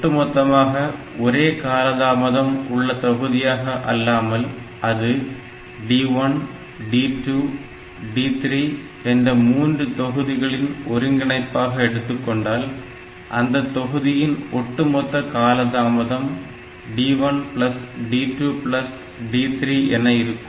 ஒட்டுமொத்தமாக ஒரே காலதாமதம் உள்ள தொகுதியாக அல்லாமல் அது D1 D2 D3 என்ற மூன்று தொகுதிகளின் ஒருங்கிணைப்பாக எடுத்துக்கொண்டால் அந்தத் தொகுதியின் ஒட்டுமொத்த காலதாமதம் D1D2D3 என இருக்கும்